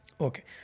Okay